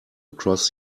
across